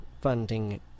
funding